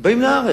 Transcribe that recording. הם באים לארץ.